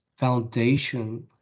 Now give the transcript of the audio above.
foundation